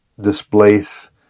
displace